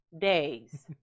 days